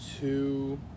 Two